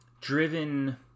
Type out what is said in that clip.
driven